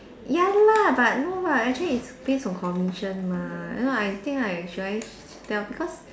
ya lah but no [what] actually is based on commission mah I don't know I think I should I tell because